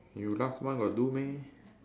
you last month got do meh